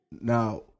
Now